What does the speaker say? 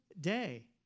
day